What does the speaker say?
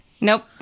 Nope